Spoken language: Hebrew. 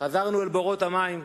חזרנו אל בורות המים,